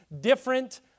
different